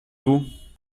vous